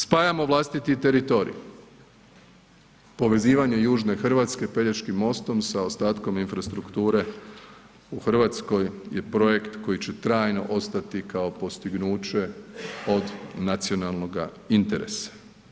Spajamo vlastiti teritorij, povezivanje Južne Hrvatske Pelješkim mostom sa ostatkom infrastrukture u Hrvatskoj je projekt koji će trajno ostati kao postignuće od nacionalnoga interesa.